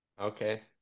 Okay